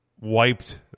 wiped